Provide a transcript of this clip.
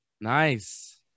Nice